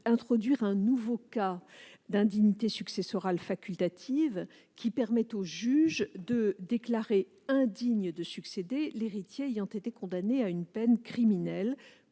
introduire un nouveau cas d'indignité successorale facultative qui permette au juge de déclarer indigne de succéder l'héritier ayant été condamné à une peine criminelle